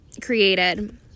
created